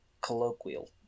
colloquial